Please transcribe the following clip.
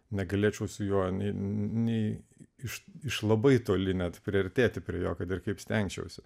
negalėčiau sijonai nei iš labai toli net priartėti prie jo kad ir kaip stengčiausi